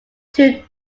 two